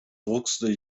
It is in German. druckste